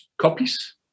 copies